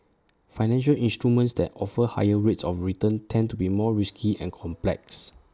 financial instruments that offer higher rates of return tend to be more risky and complex